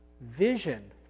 vision